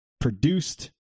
produced